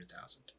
thousand